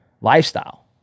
lifestyle